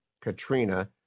Katrina